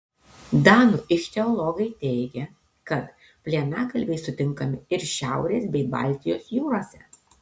danų ichtiologai teigia kad plienagalviai sutinkami ir šiaurės bei baltijos jūrose